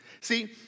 See